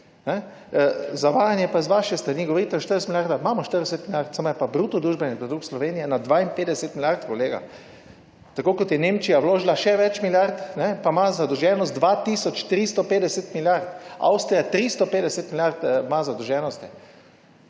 Zavajanje pa z vaše strani, govorite o 40 milijardah, imamo 40 milijard, samo je pa bruto družbeni produkt Slovenije na 52 milijard, kolega. Tako kot je Nemčija vložila še več milijard, pa ima zadolženost 2 tisoč 350 milijard. Avstrija 350 milijard ima zadolženosti.